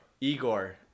igor